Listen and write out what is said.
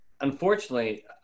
unfortunately